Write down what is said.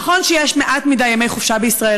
נכון שיש מעט מדי ימי חופשה בישראל,